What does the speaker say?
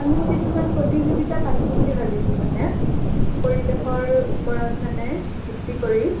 আমি কিছুমান প্ৰতিযোগিতা পাতিম বুলি ভাবিছোঁ মানে পৰিৱেশৰ ওপৰত মানে ভিত্তি কৰি